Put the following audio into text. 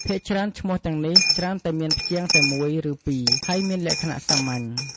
ភាគច្រើនឈ្មោះទាំងនេះច្រើនតែមានព្យាង្គតែមួយ ឬពីរ ហើយមានលក្ខណៈសាមញ្ញ។